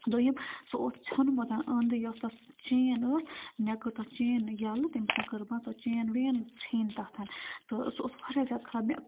دوٚیِم سُہ اوس ژھیوٚنمُت انٛدٕ یۄس تَتھ چین ٲس مےٚ کٔر تَتھ چین ییٚلہِ تَمہِ پَتہٕ کٔر مےٚ سۄ چین وین ژھیٚنۍ تَتھ تہٕ سُہ اوس واریاہ زیادٕ خراب مےٚ